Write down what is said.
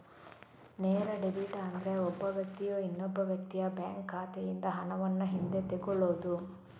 ನೇರ ಡೆಬಿಟ್ ಅಂದ್ರೆ ಒಬ್ಬ ವ್ಯಕ್ತಿಯು ಇನ್ನೊಬ್ಬ ವ್ಯಕ್ತಿಯ ಬ್ಯಾಂಕ್ ಖಾತೆಯಿಂದ ಹಣವನ್ನು ಹಿಂದೆ ತಗೊಳ್ಳುದು